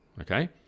okay